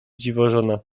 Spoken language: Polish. dziwożona